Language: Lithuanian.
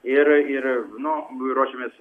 ir ir nu ruošiamės